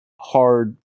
hard